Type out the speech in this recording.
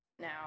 Now